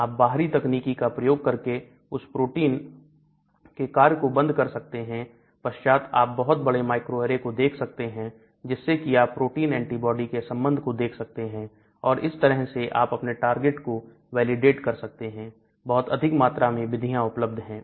आप बाहरी तकनीकों का प्रयोग करके उस प्रोटीन के कार्य को बंद कर सकते हैं पश्चात आप बहुत बड़े microarray को देख सकते हैं जिससे कि आप प्रोटीन एंटीबॉडी के संबंध को देख सकते हैं और इस तरह से आप अपने टारगेट को वैलिडेट कर सकते हैं बहुत अधिक मात्रा में विधियां उपलब्ध है